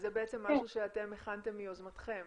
זה משהו שאתם הכנתם מיוזמתכם,